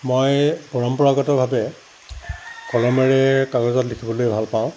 মই পৰম্পৰাগতভাৱে কলমেৰে কাগজত লিখিবলৈ ভাল পাওঁ